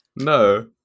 no